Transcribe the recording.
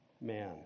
man